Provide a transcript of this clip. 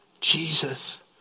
Jesus